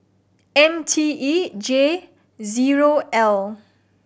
M T E J zero L